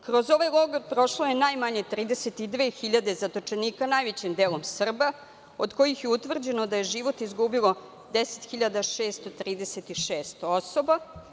Kroz ovaj logor prošlo je najmanje 32 hiljade zatočenika, najvećim delom Srba, od kojih je utvrđeno da je život izgubilo 10.636 osoba.